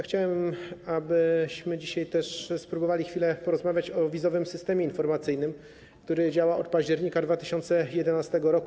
Chciałbym, abyśmy dzisiaj też spróbowali chwilę porozmawiać o wizowym systemie informacyjnym, który działa od października 2011 r.